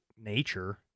nature